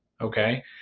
Okay